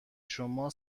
شما